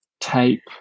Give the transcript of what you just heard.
tape